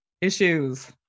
issues